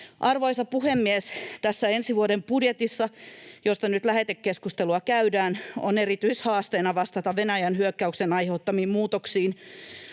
Arvoisa puhemies! Tässä ensi vuoden budjetissa, josta nyt lähetekeskustelua käydään, on erityishaasteena vastata Venäjän hyökkäyksen aiheuttamiin muutoksiin.